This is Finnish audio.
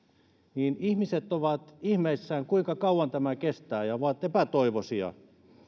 niin ihmiset ovat ihmeissään kuinka kauan tämä kestää ja ovat epätoivoisia